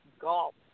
golf